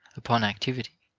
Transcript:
upon activity,